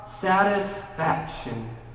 satisfaction